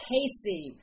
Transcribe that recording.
Casey